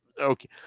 okay